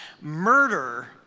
murder